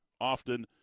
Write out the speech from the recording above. often